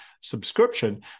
subscription